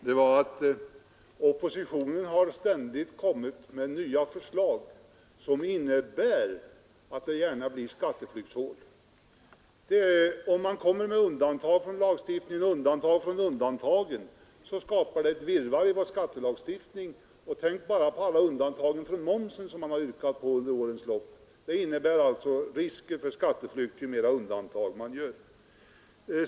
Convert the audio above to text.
Herr talman! Vad jag sade förut var att oppositionen ständigt har kommit med nya förslag, som har inneburit att vi har fått ”skatteflykthål” i lagstiftningen. Om man gör undantag från lagstiftningen och undantag från undantagen, så skapar det ett virrvarr i vår skattelagstiftning. Tänk bara på alla undantag man under årens lopp har yrkat på när det gäller momsen! Riskerna för skatteflykt blir större, ju fler undantag vi gör.